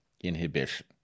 inhibition